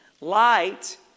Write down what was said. Light